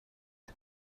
and